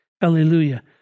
Hallelujah